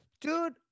dude